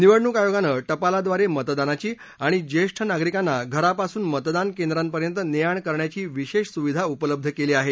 निवडणूक आयोगानं टपालाद्वारे मतदानाची आणि ज्येष्ठ नागरिकांना घरापासून मतदान केंद्रांपर्यत ने आण करण्याची विशेष सुविधा उपलब्ध केली आहे